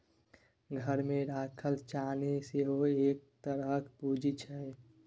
घरमे राखल चानी सेहो एक तरहक पूंजी छै